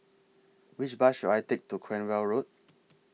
Which Bus should I Take to Cranwell Road